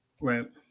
right